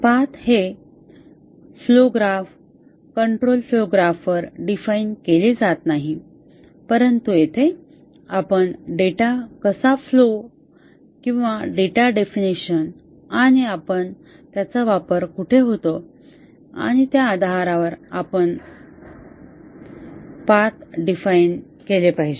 path हे flow graph control flow graph वर define केले जात नाही परंतु येथे आपण डेटा कसा फ्लो किंवा डेटा डेफिनिशन आणि वापर कुठे होतात आणि त्या आधारावर आपण पाथ डिफाइनकेला ते पाहिले